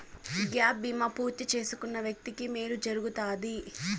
gap బీమా పూర్తి చేసుకున్న వ్యక్తికి మేలు జరుగుతాది